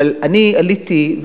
אבל אני עליתי,